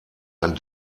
ein